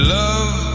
love